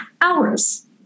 hours